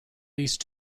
least